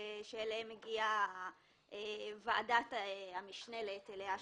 אליהם הגיעה ועדת המשנה להיטלי השבחה.